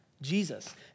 Jesus